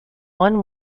one